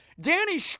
Danny